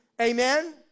Amen